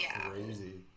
crazy